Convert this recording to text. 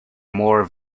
more